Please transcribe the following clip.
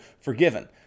forgiven